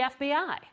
FBI